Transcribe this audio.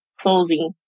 closing